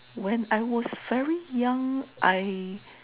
when I was very young I